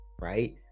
right